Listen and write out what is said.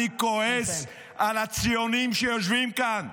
אני כועס על הציונים שיושבים כאן.